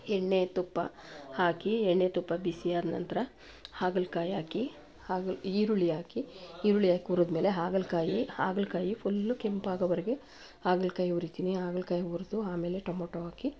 ಎಣ್ಣೆ ತುಪ್ಪ ಹಾಕಿ ಎಣ್ಣೆ ತುಪ್ಪ ಬಿಸಿಯಾದ ನಂತರ ಹಾಗಲಕಾಯಿ ಹಾಕಿ ಹಾಗಲ ಈರುಳ್ಳಿ ಹಾಕಿ ಈರುಳ್ಳಿ ಹಾಕಿ ಹುರಿದ್ಮೇಲೆ ಹಾಗಲಕಾಯಿ ಹಾಗಲಕಾಯಿ ಫುಲ್ಲು ಕೆಂಪಾಗೋವರೆಗು ಹಾಗಲಕಾಯಿ ಹುರಿತೀನಿ ಹಾಗಲಕಾಯಿ ಹುರ್ದು ಆಮೇಲೆ ಟೊಮೊಟೊ ಹಾಕಿ